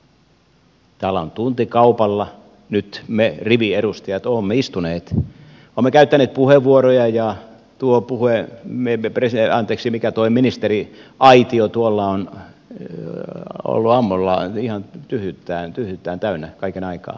täällä me riviedustajat olemme tuntikaupalla nyt istuneet olemme käyttäneet puheenvuoroja ja tuo puhuen mimiprise anteeksi mikä toi ministeri ministeriaitio tuolla on ollut ihan tyhjyyttään täynnä kaiken aikaa